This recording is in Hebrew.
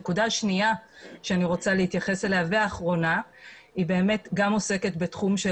הנקודה השנייה והאחרונה שאני רוצה להתייחס אליה עוסקת בתחום של